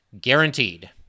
guaranteed